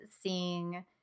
seeing